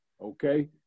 okay